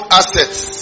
assets